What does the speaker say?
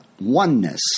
oneness